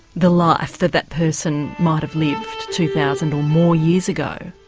the life that that person might have lived two thousand or more years ago?